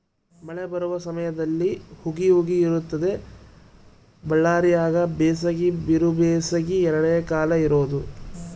ಮಳೆ ಬರುವ ಸಮಯದಲ್ಲಿ ಹುಗಿ ಹುಗಿ ಇರುತ್ತದೆ ಬಳ್ಳಾರ್ಯಾಗ ಬೇಸಿಗೆ ಬಿರುಬೇಸಿಗೆ ಎರಡೇ ಕಾಲ ಇರೋದು